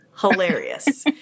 Hilarious